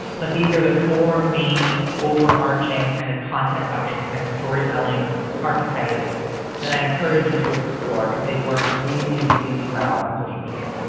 but these are the four main overarching kind of content buckets, kind of story telling archetypes that i encourage you to explore because they work really, really well on social media.